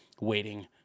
waiting